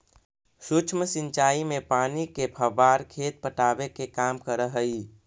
सूक्ष्म सिंचाई में पानी के फव्वारा खेत पटावे के काम करऽ हइ